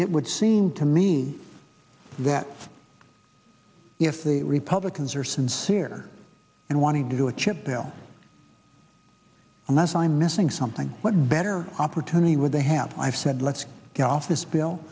it would seem to me that if the republicans are sincere and wanting to do a chip bill unless i'm missing something what better opportunity would they have i've said let's get off this bill